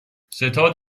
ستاد